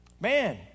man